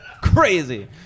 Crazy